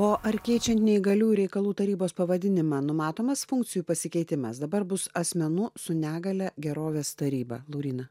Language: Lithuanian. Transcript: o ar keičiant neįgaliųjų reikalų tarybos pavadinimą numatomas funkcijų pasikeitimas dabar bus asmenų su negalia gerovės taryba lauryna